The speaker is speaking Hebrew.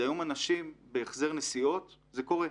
בהחזר נסיעות זה קורה.